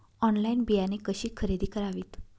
Online बियाणे कशी खरेदी करावीत?